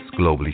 globally